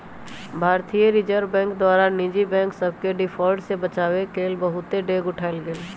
भारतीय reserve bank द्वारा निजी बैंक सभके डिफॉल्ट से बचाबेके लेल बहुते डेग उठाएल गेल